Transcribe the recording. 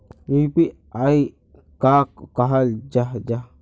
UPI कहाक कहाल जाहा जाहा?